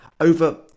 over